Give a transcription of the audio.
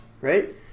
right